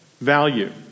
value